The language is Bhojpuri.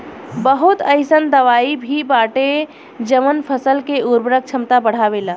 बहुत अईसन दवाई भी बाटे जवन फसल के उर्वरक क्षमता बढ़ावेला